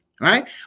Right